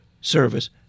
service